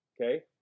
Okay